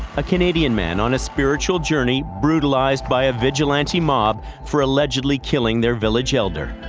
a canadian man on a spiritual journey brutalized by a vigilante mob for allegedly killing their village elder.